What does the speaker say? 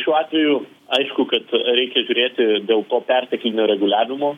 šiuo atveju aišku kad reikia žiūrėti dėl to perteklinio reguliavimo